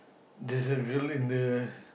there's a girl in the